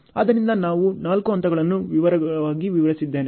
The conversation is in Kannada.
ಆದ್ದರಿಂದ ನಾವು ನಾಲ್ಕು ಹಂತಗಳನ್ನು ವಿವರವಾಗಿ ವಿವರಿಸಿದ್ದೇವೆ